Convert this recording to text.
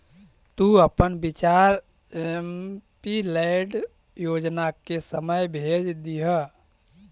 तु अपन विचार एमपीलैड योजना के समय भेज दियह